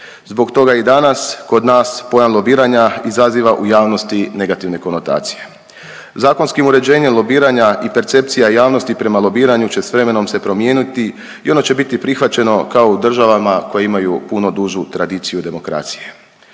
Zbog toga i danas kod nas pojam lobiranja izaziva u javnosti negativne konotacije. Zakonskim uređenjem lobiranja i percepcija javnosti prema lobiranju će s vremenom se promijeniti i ono će biti prihvaćeno kao u državama koje imaju punu dužu tradiciju demokracije.